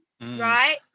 right